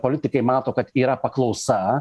politikai mato kad yra paklausa